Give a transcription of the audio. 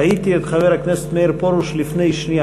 ראיתי את חבר הכנסת מאיר פרוש לפני שנייה.